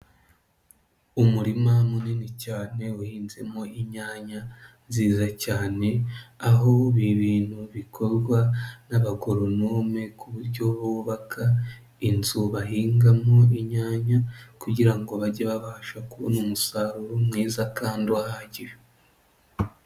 Umurima munini cyane uhinzemo inyanya nziza cyane, aho ibi bintu bikorwa n'abagoronome ku buryo bubaka inzu bahingamo inyanya kugira ngo bajye babasha kubona umusaruro mwiza kandi uhagije.